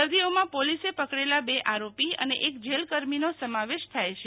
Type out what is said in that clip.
દર્દીઓમાં પોલીસે પકડેલા બે આરોપી અને એક જેલકર્મીનો સમાવેશ થાય છે